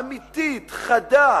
אמיתית, חדה,